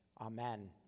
Amen